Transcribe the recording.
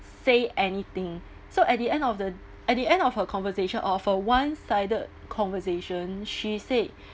say anything so at the end of the at the end of her conversation of a one sided conversation she said